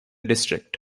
district